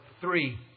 three